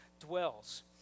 dwells